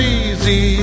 easy